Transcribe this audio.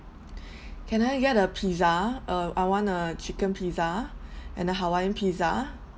can I get a pizza uh I want a chicken pizza and a hawaiian pizza